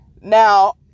Now